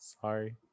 Sorry